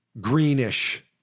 greenish